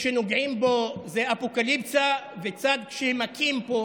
שכשנוגעים בו זה אפוקליפסה וצד שכשמכים אותו,